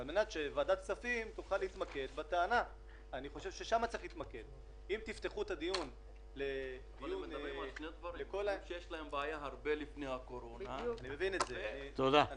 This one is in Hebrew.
על